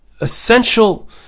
essential